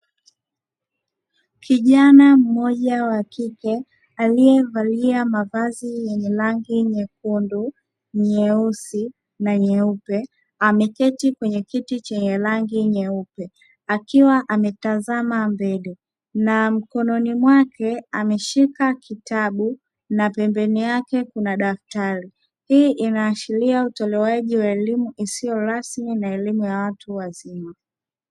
Kijana mmoja wa kike aliyevalia mavazi ya rangi nyekundu, nyeusi, nyeupe; ameketi kwenye kiti chenye rangi nyeupe akiwa ametazama mbele na mkononi mwake ameshika kitabu na pembeni yake kuna daftari. Hii inaashiria utolewaji wa elimu isiyo rasmi na elimu ya watu wazima.